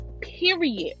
Period